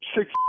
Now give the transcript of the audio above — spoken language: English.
six